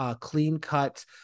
clean-cut